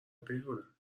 بدونن